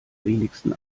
wenigsten